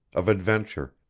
of adventure,